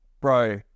bro